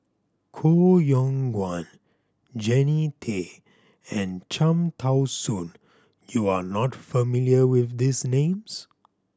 Koh Yong Guan Jannie Tay and Cham Tao Soon you are not familiar with these names